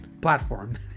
platform